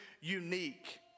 unique